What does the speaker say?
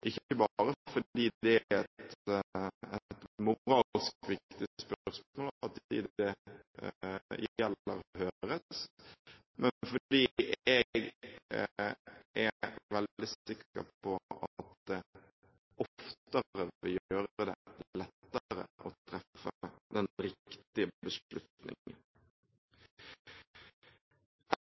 ikke bare fordi det er et moralsk viktig spørsmål at de det gjelder, høres, men jeg er veldig sikker på at det oftere vil gjøre det lettere å treffe den riktige beslutningen.